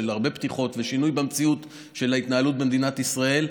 הרבה פתיחות ושינוי במציאות של ההתנהלות במדינת ישראל,